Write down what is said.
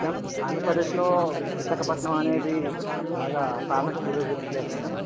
yes ma'am ఆంధ్రప్రదేశ్లో విశాఖపట్నం అనేది బాగా ఫేమస్ టూరిజం ప్లేస్ మేడం